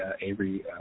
Avery